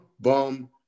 bum